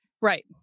Right